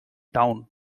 town